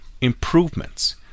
improvements